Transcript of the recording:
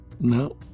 No